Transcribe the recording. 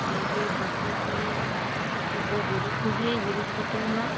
জৈব পদ্ধতি খু খুবই গুরুত্বপূর্ণ